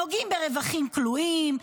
נוגעים ברווחים כלואים,